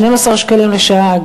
12 שקלים לשעה,